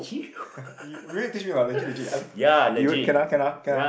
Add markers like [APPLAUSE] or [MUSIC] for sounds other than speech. [LAUGHS] you will you teach me or not legit legit I'm you can ah can ah can ah